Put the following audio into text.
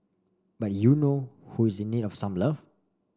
but you know who is in need of some love